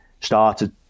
started